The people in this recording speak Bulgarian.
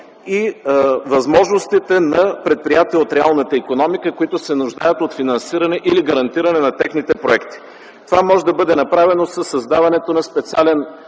и възможностите на предприятия от реалната икономика, които се нуждаят от финансиране или гарантиране на техните проекти? Това може да бъде направено със създаването на специален